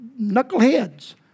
knuckleheads